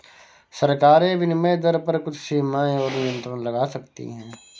सरकारें विनिमय दर पर कुछ सीमाएँ और नियंत्रण लगा सकती हैं